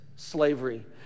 Slavery